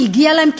כי הגיע להם,